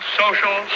social